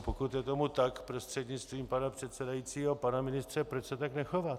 Pokud je tomu tak, prostřednictvím pana předsedajícího pane ministře, proč se tak nechováte?